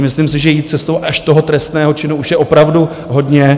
Myslím si, že jít cestou až toho trestného činu už je opravdu hodně.